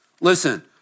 Listen